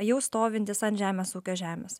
jau stovintys ant žemės ūkio žemės